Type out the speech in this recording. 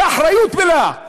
באחריות מלאה.